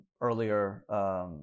earlier